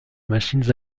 machines